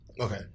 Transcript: Okay